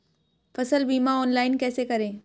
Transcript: फसल बीमा ऑनलाइन कैसे करें?